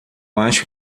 acho